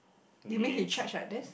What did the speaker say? you mean he charge like this